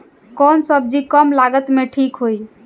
कौन सबजी कम लागत मे ठिक होई?